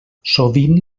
sovint